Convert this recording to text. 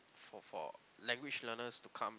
for for language learners to come